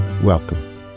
Welcome